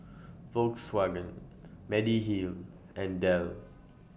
Volkswagen Mediheal and Dell